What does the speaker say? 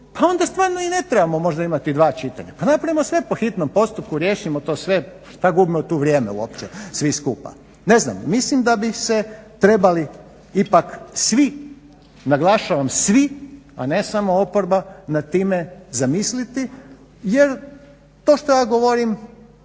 Pa onda stvarno i ne trebamo možda imati dva čitanja. Pa napravimo sve po hitnom postupku, riješimo to sve i što gubimo tu vrijeme uopće svi skupa? Ne znam, mislim da bi se trebali ipak svi, naglašavam svi, a ne samo oporba nad time zamisliti jer to što ja govorim